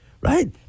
Right